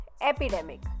epidemic